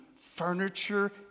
furniture